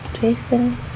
jason